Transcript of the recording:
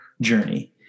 journey